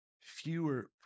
fewer